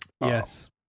Yes